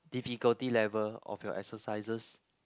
difficulty level of your exercises